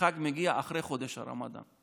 החג מגיע אחרי חודש הרמדאן.